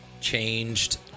changed